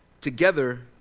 together